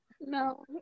No